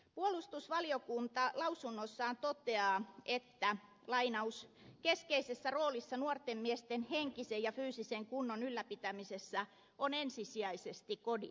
puolustusvaliokunta lausunnossaan toteaa että keskeisessä roolissa nuorten miesten henkisen ja fyysisen kunnon ylläpitämisessä ovat ensisijaisesti kodit